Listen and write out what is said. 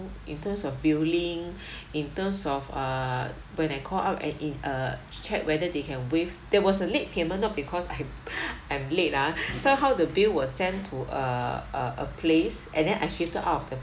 in terms of billing in terms of err when I call up and in uh check whether they can waive there was a late payment not because I'm I'm late ah somehow the bill was sent to uh a a place and then I shifted out of the